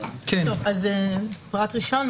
פרט ראשון,